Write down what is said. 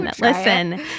listen